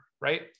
right